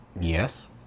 Yes